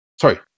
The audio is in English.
sorry